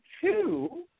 two